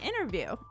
interview